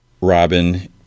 Robin